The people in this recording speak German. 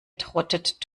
trottet